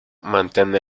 mantenne